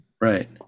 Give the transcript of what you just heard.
Right